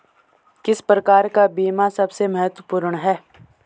किस प्रकार का बीमा सबसे महत्वपूर्ण है?